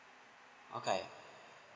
okay